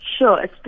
Sure